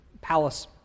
palace